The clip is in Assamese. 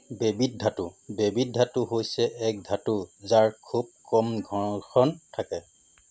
বেবি ধাতু বেবিট ধাতু হৈছে এক ধাতু যাৰ খুব কম ঘৰ্ষণ থাকে